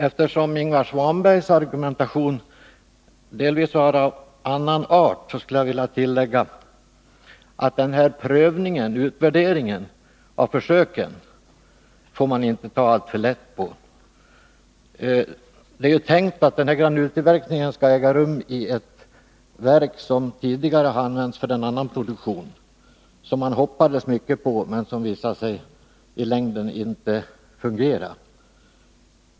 Eftersom Ingvar Svanbergs argumentation delvis var av annan art skulle jag vilja tillägga att man inte får ta alltför lätt på prövningen och utvärderingen av försöken. Det är ju tänkt att granultillverkningen skall äga rum i ett verk som tidigare har använts för en annan produktion, som man hoppades mycket på men som visade sig inte fungera i längden.